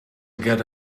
get